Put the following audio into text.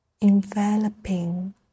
enveloping